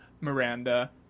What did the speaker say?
Miranda